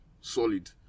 solid